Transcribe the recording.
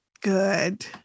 Good